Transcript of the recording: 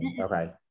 Okay